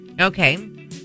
Okay